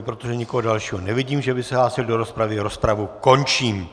Protože nikoho dalšího nevidím, že by se hlásil do rozpravy, rozpravu končím.